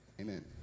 Amen